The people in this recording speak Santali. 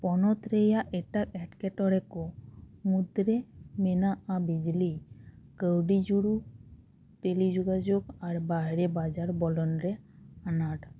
ᱯᱚᱱᱚᱛ ᱨᱮᱭᱟᱜ ᱮᱴᱟᱜ ᱮᱴᱠᱮᱴᱚᱬᱮ ᱠᱚ ᱢᱩᱫᱽᱨᱮ ᱢᱮᱱᱟᱜᱼᱟ ᱵᱤᱡᱽᱞᱤ ᱠᱟᱹᱣᱰᱤ ᱡᱩᱲᱩ ᱴᱮᱞᱤ ᱡᱳᱜᱟᱡᱳᱜ ᱟᱨ ᱵᱟᱨᱦᱮ ᱵᱟᱡᱟᱨ ᱵᱚᱞᱤᱱ ᱨᱮ ᱟᱱᱟᱴ